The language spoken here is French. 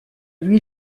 lui